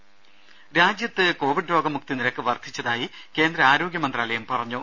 രുമ രാജ്യത്ത് കോവിഡ് രോഗ മുക്തി നിരക്ക് വർധിച്ചതായി കേന്ദ്ര ആരോഗ്യ മന്ത്രാലയം അറിയിച്ചു